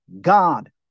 God